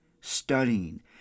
studying